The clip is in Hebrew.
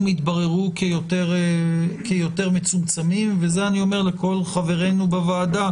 יתבררו כיותר מצומצמים וזה אני אומר לכל חברינו בוועדה.